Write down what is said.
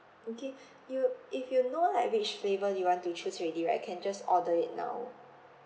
okay you if you know like which flavour you want to choose already right you can just order it now